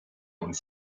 und